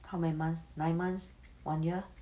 how many months nine months one year